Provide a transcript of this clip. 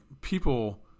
people